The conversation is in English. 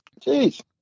Jeez